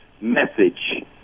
message